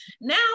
Now